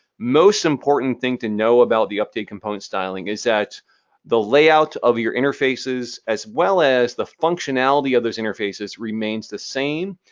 most important thing to know about the updated component styling is that the layout of your interfaces as well as the functionality of those interfaces remains the same.